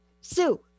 Sue